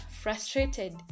frustrated